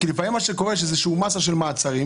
כי לפעמים יש מסה של מעצרים,